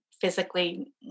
physically